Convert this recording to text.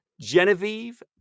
genevieve